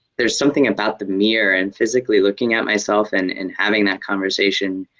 there's something about the mirror and physically looking at myself and and having that conversation